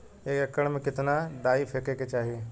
एक एकड़ में कितना डाई फेके के चाही?